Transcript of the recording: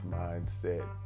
mindset